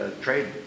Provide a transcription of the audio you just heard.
trade